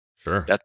Sure